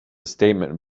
statement